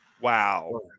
Wow